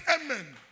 amen